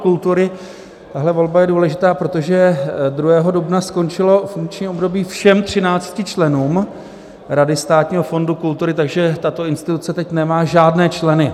Tahle volba je důležitá, protože 2. dubna skončilo funkční období všem 13 členům Rady Státního fondu kultury, takže tato instituce teď nemá žádné členy.